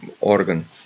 organ